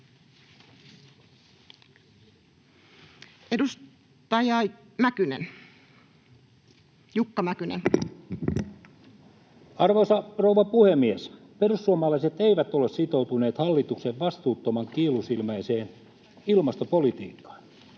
Edustaja Mäkynen, Jukka. Arvoisa rouva puhemies! Perussuomalaiset eivät ole sitoutuneet hallituksen vastuuttoman kiilusilmäiseen ilmastopolitiikkaan.